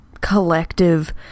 collective